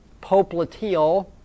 popliteal